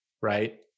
Right